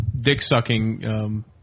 dick-sucking